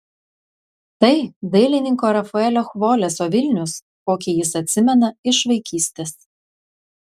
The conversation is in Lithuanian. tai dailininko rafaelio chvoleso vilnius kokį jis atsimena iš vaikystės